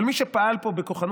אבל מי שפעל פה בכוחנות,